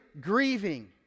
grieving